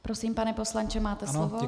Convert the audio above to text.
Prosím, pane poslanče, máte slovo.